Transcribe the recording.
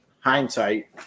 hindsight